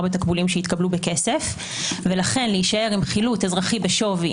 בתקבולים שהתקבלו בכסף ולכן להישאר עם חילוט אזרחי בשווי